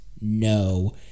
no